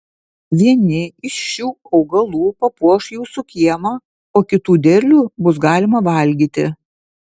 vieni iš šių augalų papuoš jūsų kiemą o kitų derlių bus galima valgyti